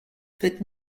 faites